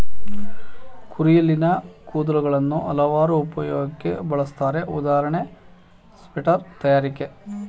ಕುರಿಯಲ್ಲಿನ ಕೂದಲುಗಳನ್ನು ಹಲವಾರು ಉಪಯೋಗಕ್ಕೆ ಬಳುಸ್ತರೆ ಉದಾಹರಣೆ ಸ್ವೆಟರ್ ತಯಾರಿಕೆ